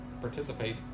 Participate